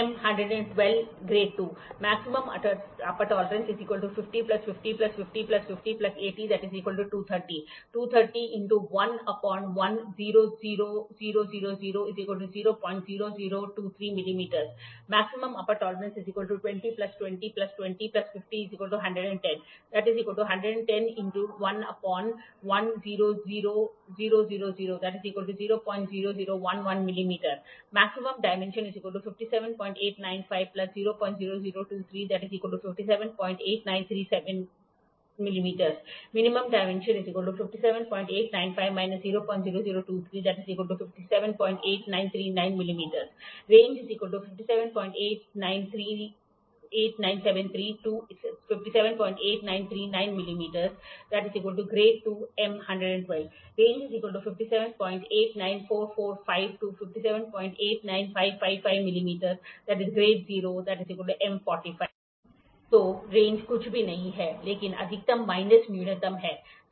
M 112 grade II M 112 - Grade II Maximum Upper Tolerance 50 50 50 50 80 230 230 00023 mm Maximum Upper Tolerance 20 20 20 50 110 110 00011mm Maximum Dimension 57895 00023 578973 mm Minimum Dimension 57895 - 00023 578939 mm Range 578973 to 578939 mm → Grade II Range 5789445 to 5789555 mm →Grade 0 तो range कुछ भी नहीं है लेकिन अधिकतम minus न्यूनतम है